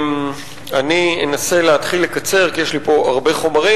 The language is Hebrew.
אני אנסה להתחיל לקצר, כי יש לי פה הרבה חומרים.